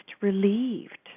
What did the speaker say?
relieved